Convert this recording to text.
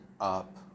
up